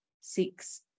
six